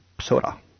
soda